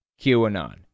QAnon